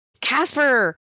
Casper